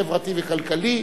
החברתי והכלכלי.